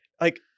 Like-